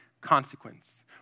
consequence